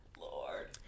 Lord